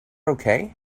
okay